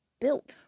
built